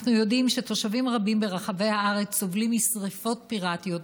אנחנו יודעים שתושבים רבים ברחבי הארץ סובלים משרפות פיראטיות,